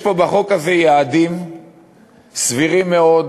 יש פה בחוק הזה יעדים סבירים מאוד,